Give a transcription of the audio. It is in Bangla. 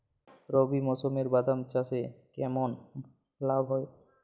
রবি মরশুমে বাদাম চাষে কেমন লাভ হয়?